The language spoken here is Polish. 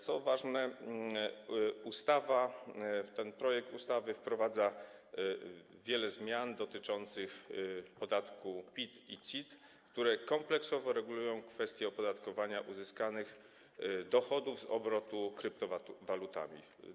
Co ważne, projekt ustawy wprowadza wiele zmian dotyczących podatków PIT i CIT, które kompleksowo regulują kwestie opodatkowania uzyskanych dochodów z obrotu kryptowalutami.